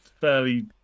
fairly